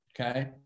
Okay